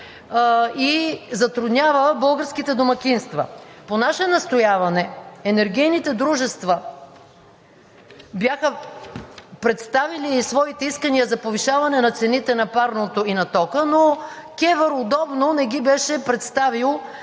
и затруднява българските домакинства. По наше настояване енергийните дружества бяха представили своите искания за повишаване на цените на парното и на тока, но КЕВР удобно не ги беше представил